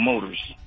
Motors